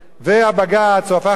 הוא הפך למחוקק העליון,